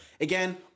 again